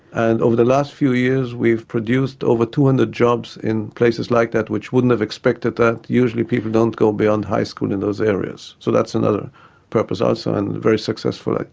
and over the last few years we've produced over two hundred jobs in places like that which wouldn't have expected that. usually people don't go beyond high school in those areas. so that's another purpose also, and very successful. like